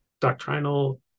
doctrinal